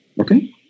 Okay